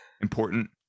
important